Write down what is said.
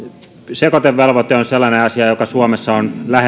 asia joka suomessa